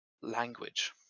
language